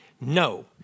No